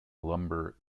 lumber